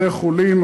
בתי-חולים,